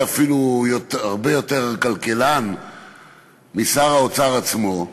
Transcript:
אולי אפילו הרבה יותר משר האוצר עצמו.